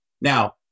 Now